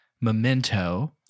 Memento